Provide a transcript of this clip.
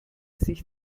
sich